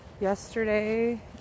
yesterday